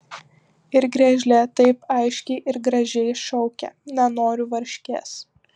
ir griežlė taip aiškiai ir gražiai šaukia nenoriu varškės